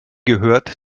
gehört